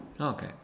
Okay